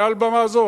מעל במה זו,